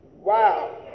Wow